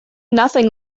nothing